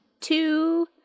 two